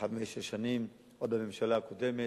כחמש-שש שנים, עוד בממשלה הקודמת.